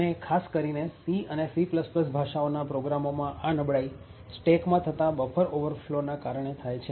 અને ખાસ કરીને C અને C ભાષાઓના પ્રોગ્રામોમાં આ નબળાઈ સ્ટેક માં થતા બફર ઓવરફ્લો ના કારણે થાય છે